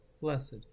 Blessed